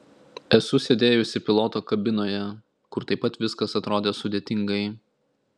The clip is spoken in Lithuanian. esu sėdėjusi piloto kabinoje kur taip pat viskas atrodė sudėtingai